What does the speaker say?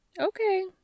Okay